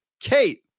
Kate